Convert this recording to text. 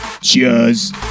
Cheers